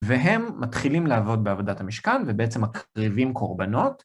והם מתחילים לעבוד בעבודת המשכן ובעצם מקריבים קורבנות.